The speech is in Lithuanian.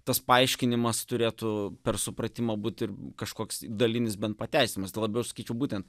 tas paaiškinimas turėtų per supratimą būt ir kažkoks dalinis bent pratęsimas tuo labiau aš sakyčiau būtent